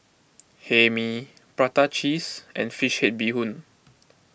Hae Mee Prata Cheese and Fish Head Bee Hoon